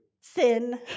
sin